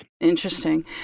Interesting